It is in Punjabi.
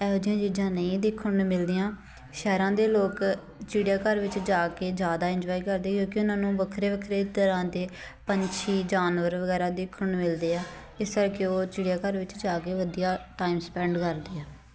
ਇਹੋ ਜਿਹੀਆਂ ਚੀਜ਼ਾਂ ਨਹੀਂ ਦੇਖਣ ਨੂੰ ਮਿਲਦੀਆਂ ਸ਼ਹਿਰਾਂ ਦੇ ਲੋਕ ਚਿੜਿਆਘਰ ਵਿੱਚ ਜਾ ਕੇ ਜ਼ਿਆਦਾ ਇੰਜੋਏ ਕਰਦੇ ਕਿਉਂਕਿ ਉਹਨਾਂ ਨੂੰ ਵੱਖਰੇ ਵੱਖਰੇ ਤਰ੍ਹਾਂ ਦੇ ਪੰਛੀ ਜਾਨਵਰ ਵਗੈਰਾ ਦੇਖਣ ਨੂੰ ਮਿਲਦੇ ਆ ਇਸ ਕਰਕੇ ਉਹ ਚਿੜੀਆਘਰ ਵਿੱਚ ਜਾ ਕੇ ਵਧੀਆ ਟਾਈਮ ਸਪੈਂਡ ਕਰਦੇ ਆ